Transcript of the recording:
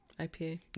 IPA